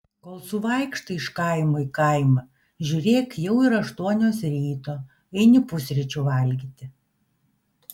kol suvaikštai iš kaimo į kaimą žiūrėk jau ir aštuonios ryto eini pusryčių valgyti